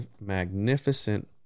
magnificent